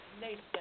nation